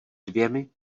dvěmi